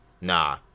Nah